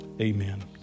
amen